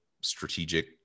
strategic